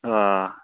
آ